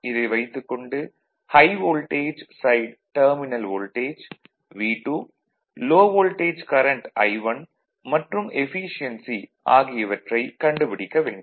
இதை வைத்துக் கொண்டு high voltage side terminal voltage V2 low voltage current I1 மற்றும் எஃபீசியென்சி ஆகியவற்றைக் கண்டுபிடிக்க வேண்டும்